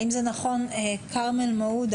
האם זה נכון שכרמל מעודה